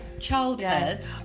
childhood